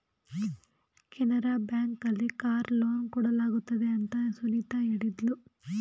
Canara bank ಅಲ್ಲಿ car loan ಕೊಡಲಾಗುತ್ತದೆ ಅಂತ ಸುನಿತಾ ಹೇಳಿದ್ಲು